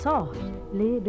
Softly